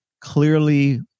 clearly